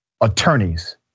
attorneys